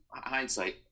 hindsight –